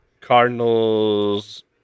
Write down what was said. Cardinals